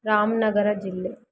ರಾಮನಗರ ಜಿಲ್ಲೆ